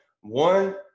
One